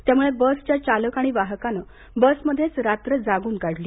त्यामुळे बसच्या चालक आणि वाहकानं बसमध्येच रात्र जागून काढली